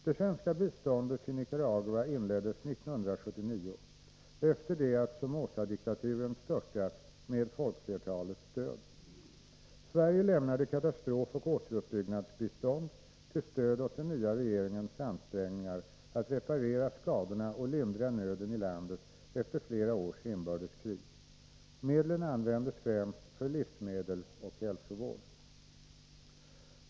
Det svenska biståndet till Nicaragua inleddes 1979 efter det att Somozadiktaturen störtats med folkflertalets stöd. Sverige lämnade katastrofoch återuppbyggnadsbistånd till stöd åt den nya regeringens ansträngningar att reparera skadorna och lindra nöden i landet efter flera års inbördeskrig. Medlen användes främst för livsmedel och hälsovård.